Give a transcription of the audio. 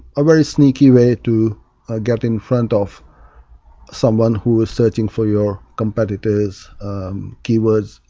a very sneaky way to get in front of someone who is searching for your competitor's keywords,